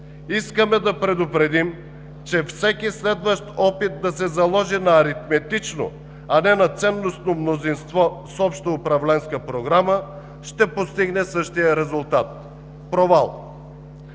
Искаме да предупредим, че всеки следващ опит да се заложи на аритметично, а не на ценностно мнозинство с обща управленска програма, ще постигне същия резултат – провал.